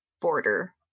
border